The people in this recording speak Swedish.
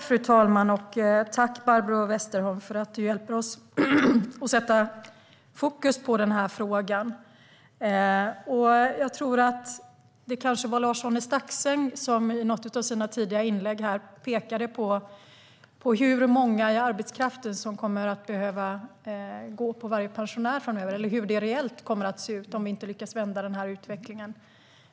Fru talman! Tack, Barbro Westerholm, för att du hjälper oss att sätta fokus på frågan. Det kanske var Lars-Arne Staxäng som i något av sina tidigare inlägg pekade på hur många i arbetskraften som det kommer att behöva gå på varje pensionär framöver och hur det reellt kommer att se ut om vi inte lyckas vända utvecklingen.